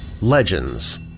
legends